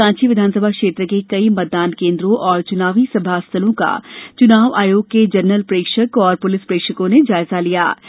आज सांची विधानसभा क्षेत्र के कई मतदानकेन्द्रों और च्नावी सभास्थलों का च्नाव आयोग के जनरल प्रेक्षक और पुलिस प्रेक्षकों ने जायजा लिया